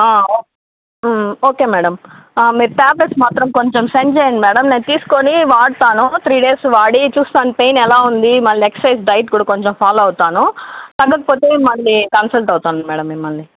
okay madam మీరు tablets మాత్రం కొంచెం సెండ్ చేయండి మ్యాడమ్ నేను తీసుకుని వాడతాను త్రీ డేస్ వాడి చూస్తాను పెయిన్ ఎలా ఉంది మళ్ళీ ఎక్సరసైజ్ డైట్ కూడా కొంచం ఫాలో అవుతాను తగ్గకపోతే మళ్ళీ కన్సల్ట్ అవుతాను మ్యాడమ్ మిమ్మల్ని